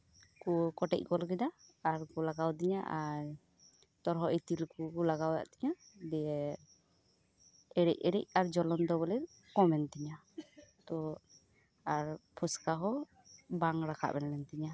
ᱠᱚ ᱠᱚᱴᱮᱡ ᱜᱚᱫ ᱠᱮᱫᱟ ᱟᱨᱠᱚ ᱞᱟᱜᱟᱣ ᱟᱹᱫᱤᱧᱟ ᱟᱨ ᱛᱚᱨᱦᱚᱫ ᱤᱛᱤᱞ ᱠᱚᱠᱚ ᱞᱟᱜᱟᱣ ᱟᱫ ᱛᱤᱧᱟ ᱟᱨ ᱫᱤᱭᱮ ᱮᱲᱮᱡ ᱮᱲᱮᱡ ᱟᱨ ᱡᱚᱞᱚᱱ ᱫᱚ ᱠᱚᱢ ᱮᱱ ᱛᱤᱧᱟ ᱛᱚ ᱟᱨ ᱯᱷᱚᱥᱠᱟ ᱦᱚᱸ ᱵᱟᱝ ᱨᱟᱠᱟᱵ ᱞᱮᱱᱛᱤᱧᱟ